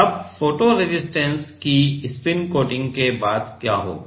अब photo resistance की spin coating के बाद क्या होगा